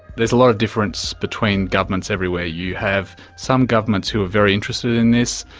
there is a lot of difference between governments everywhere. you have some governments who are very interested in this,